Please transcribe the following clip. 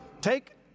Take